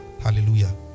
Hallelujah